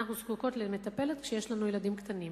אנחנו זקוקות למטפלת כשיש לנו ילדים קטנים.